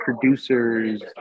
producers